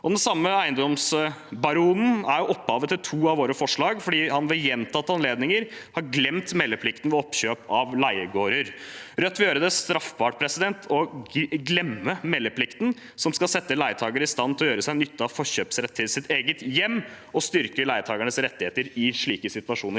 Den samme eiendomsbaronen er opphavet til to av våre forslag, fordi han ved gjentatte anledninger har glemt meldeplikten ved oppkjøp av leiegårder. Rødt vil gjøre det straffbart å glemme meldeplikten som skal sette en leietaker i stand til å gjøre seg nytte av forkjøpsrett til sitt eget hjem, og styrke leietakernes rettigheter i slike situasjoner.